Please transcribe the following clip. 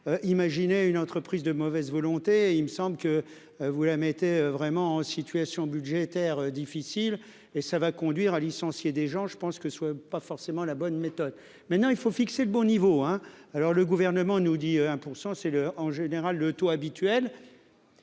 Imaginez une entreprise de mauvaise volonté. Il me semble que vous la mettez vraiment situation budgétaire difficile et ça va conduire à licencier des gens, je pense que ce soit pas forcément la bonne méthode, maintenant, il faut fixer de bon niveau hein. Alors le gouvernement nous dit 1%, c'est le en général le taux habituel.